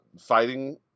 fighting